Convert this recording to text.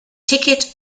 ticket